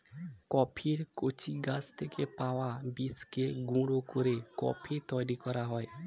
কফির কচি গাছ থেকে পাওয়া বীজকে গুঁড়ো করে কফি তৈরি করা হয়